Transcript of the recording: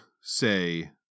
say